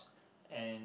and